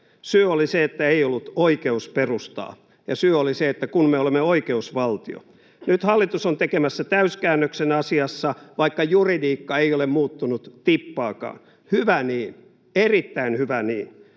Syy oli se, että ei ollut oikeusperustaa, ja syy oli se, että kun me olemme oikeusvaltio. Nyt hallitus on tekemässä täyskäännöksen asiassa, vaikka juridiikka ei ole muuttunut tippaakaan — hyvä niin, erittäin hyvä niin.